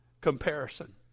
comparison